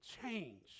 change